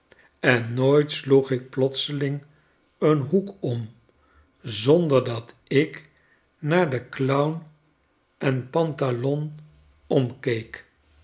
en nooit sloeg ik plotseling een hoek om zonder dat ik naar den clown en pan talon omkeek